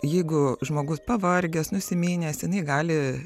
jeigu žmogus pavargęs nusiminęs jinai gali